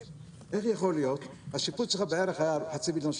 איך יכול להיות שהשיפוץ היה בחצי מיליון שקל?